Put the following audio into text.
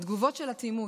הן תגובות של אטימות,